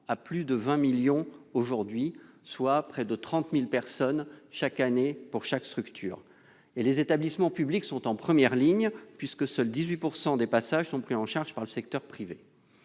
à plus de 20 millions aujourd'hui, soit près de 30 000 personnes chaque année par structure. Les établissements publics sont en première ligne, puisque seuls 18 % de ces passages sont pris en charge par le secteur privé.